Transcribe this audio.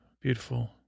beautiful